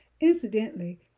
Incidentally